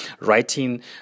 writing